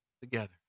together